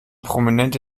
prominente